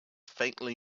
faintly